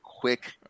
quick